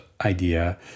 idea